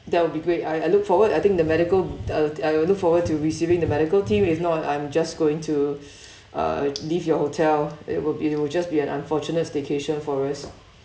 that will be great I I look forward I think the medical uh I will look forward to receiving the medical team if not I'm just going to uh leave your hotel it will be it will just be an unfortunate staycation for us